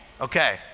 Okay